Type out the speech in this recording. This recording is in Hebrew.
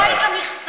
גמרה את המכסה.